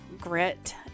grit